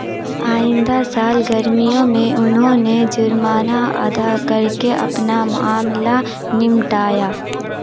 آئندہ سال گرمیوں میں انھوں نے جرمانہ ادا کر کے اپنا معاملہ نمٹایا